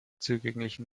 zugänglichen